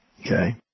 Okay